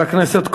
חבר הכנסת כהן,